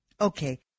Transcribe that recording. Okay